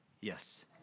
Yes